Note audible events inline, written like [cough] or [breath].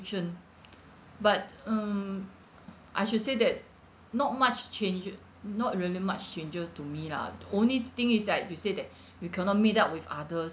but um I should say that not much changes not really much changes to me lah the only thing is like you said that [breath] we cannot meet up with others